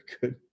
good